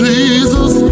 Jesus